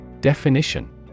Definition